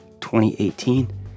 2018